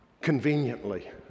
conveniently